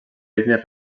línies